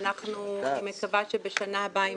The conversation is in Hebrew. עליו ואני מקווה שבשנה הבאה,